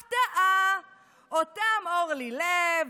הפתעה, אותם אורלי לב,